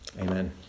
Amen